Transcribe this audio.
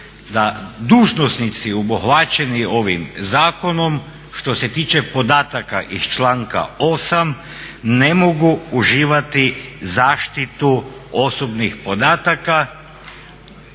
da dužnosnici obuhvaćeni ovim zakonom što se tiče podataka iz članka 8. ne mogu uživati zaštitu osobnih podataka